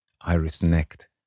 Iris-necked